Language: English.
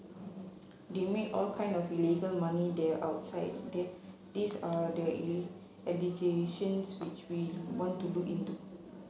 they make all kind of illegal money there outside the these are the allegations which we want to look into